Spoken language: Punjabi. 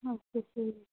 ਅੱਛਾ ਅੱਛਾ ਜੀ